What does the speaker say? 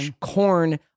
Corn